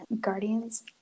guardians